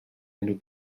enw